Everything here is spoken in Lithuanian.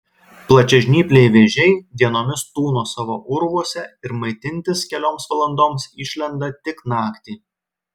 plačiažnypliai vėžiai dienomis tūno savo urvuose ir maitintis kelioms valandoms išlenda tik naktį